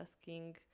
asking